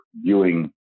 viewing